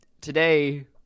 today